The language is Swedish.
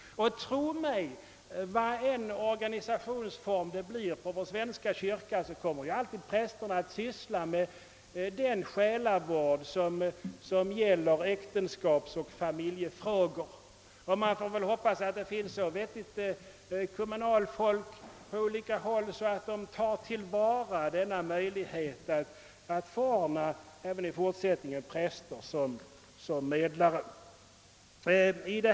Tro mig, vilken organisationsform den svenska kyrkan än får, kommer prästerna alltid att syssla med den själavård som gäller äktenskapsoch familjefrågor. Man får hoppas att det finns så vettigt kommunalfolk på olika håll, att möjligheten att i det läget förordna präster till medlare tas till vara.